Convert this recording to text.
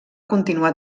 continuar